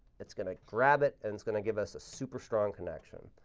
it's going to grab it, and it's going to give us a super strong connection.